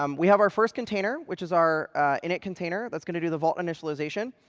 um we have our first container, which is our init container that's going to do the vault initialization.